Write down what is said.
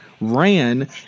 ran